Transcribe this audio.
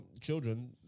children